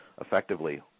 Effectively